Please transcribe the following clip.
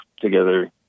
together